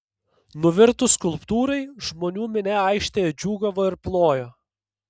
nuvirtus skulptūrai žmonių minia aikštėje džiūgavo ir plojo